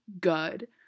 good